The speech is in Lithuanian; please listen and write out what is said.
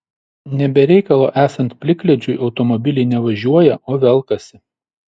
ne be reikalo esant plikledžiui automobiliai ne važiuoja o velkasi